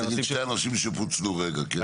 תגיד על שני הנושאים שפוצלו רגע, כן.